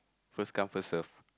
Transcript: first come first serve